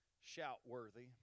shout-worthy